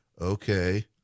Okay